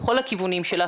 בכל הכיוונים שלה,